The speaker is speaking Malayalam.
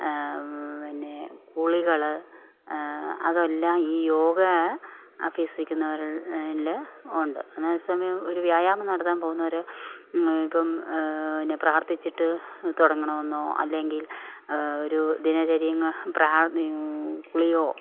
പിന്നേ കുളികൾ അതെല്ലാം ഈ യോഗാ അഭ്യസിക്കുന്നവർ ഇല് ഉണ്ട് എന്നാൽ ഒരു സമയം ഒരു വ്യായാമം നടത്താൻ പോകുന്നവർ ഇപ്പം എന്നാൽ പ്രാർത്ഥിച്ചിട്ടു തുടങ്ങണമെന്നോ അല്ലെങ്കിൽ ഒരു ദിനചര്യങ്ങ പ്രാ കുളിയോ